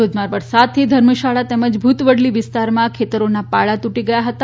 ધોધમાર વરસાદથી ધર્મશાળા તેમજ ભુત વડલી વિસ્તારમા ખેતરોનો પાળા પણ તુટી ગયા હતા